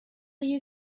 you